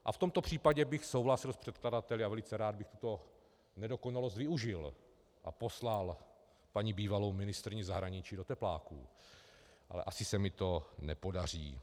A v tomto případě bych souhlasil s předkladateli a velice rád bych tuto nedokonalost využil a poslal paní bývalou ministryni zahraničí do tepláků, ale asi se mi to nepodaří.